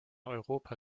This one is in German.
europa